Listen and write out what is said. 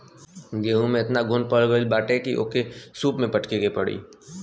गेंहू में एतना घुन पड़ गईल बाटे की ओके सूप से फटके के पड़ी